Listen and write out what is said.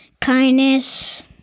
Kindness